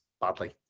Badly